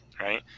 Right